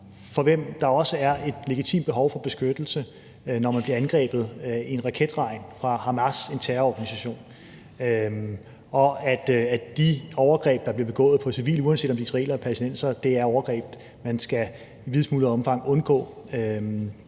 for hvem der også er et legitimt behov for beskyttelse, når man bliver angrebet med en raketregn af Hamas, en terrororganisation, og at de overgreb, der bliver begået på civile, uanset om det er israelere eller palæstinensere, er overgreb, man i videst mulig omfang skal